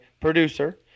producer